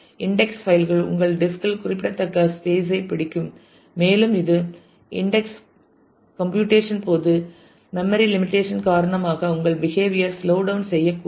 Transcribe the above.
index file கள் உங்கள் disk இல் குறிப்பிடத்தக்க ஸ்பேஸ் ஐ பிடிக்கும் மேலும் இது இன்டெக்ஸ் கம்ப்யூடேசன் போது மெம்மரி லிமிடேஷன் காரணமாக உங்கள் பிஹேவியர் ஸ்லோ டவுன் செய்யக்கூடும்